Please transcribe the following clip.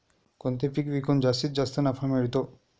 कोणते पीक विकून जास्तीत जास्त नफा मिळतो?